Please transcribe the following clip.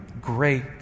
great